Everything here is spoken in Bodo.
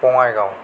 बङाइगाव